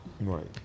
Right